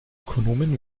ökonomen